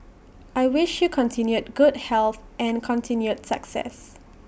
I wish you continued good health and continued success